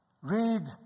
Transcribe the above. read